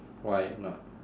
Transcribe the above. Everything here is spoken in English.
why not